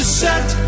set